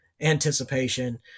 anticipation